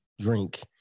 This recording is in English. drink